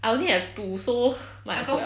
I only have two so might as well